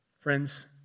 Friends